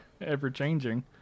Ever-changing